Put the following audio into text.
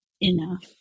enough